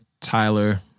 Tyler